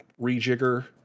rejigger